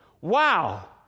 Wow